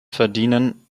verdienen